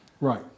right